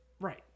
Right